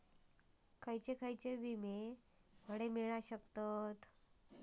खयले खयले विमे हकडे मिळतीत?